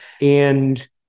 And-